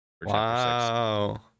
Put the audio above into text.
Wow